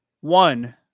one